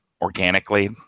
organically